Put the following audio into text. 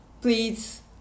Please